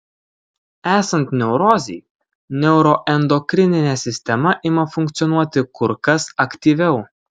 esant neurozei neuroendokrininė sistema ima funkcionuoti kur kas aktyviau